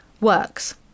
works